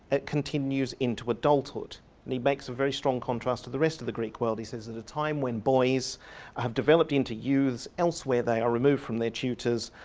it continues into adulthood and he makes a very strong contrast to the rest of the greek world. he says at a time when boys have developed into youths, elsewhere they are removed from their tutors,